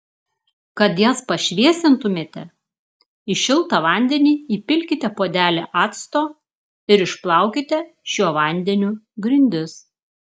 kad jas pašviesintumėte į šiltą vandenį įpilkite puodelį acto ir išplaukite šiuo vandeniu grindis